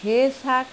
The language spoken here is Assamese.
সেই চাগ